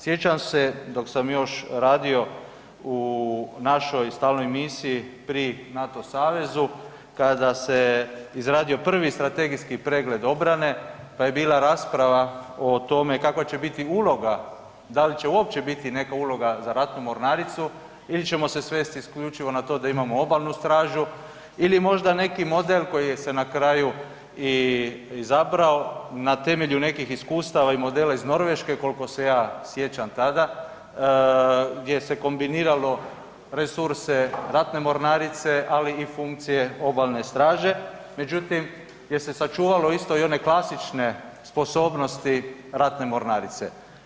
Sjećam se dok sam još radio u našoj stalnoj misiji pri NATO savezu kada se je izradio prvi strategijski pregled obrane, pa je bila rasprava o tome kakva će biti uloga, da li će uopće biti neka uloga za ratnu mornaricu ili ćemo se svesti isključivo na to da imamo obalnu stražu ili možda neki model koji se je na kraju i izabrao na temelju nekih iskustava i modela iz Norveške, kolko se ja sjećam tada gdje se kombiniralo resurse ratne mornarice, ali i funkcije obalne straže, međutim gdje se sačuvalo isto i one klasične sposobnosti ratne mornarice.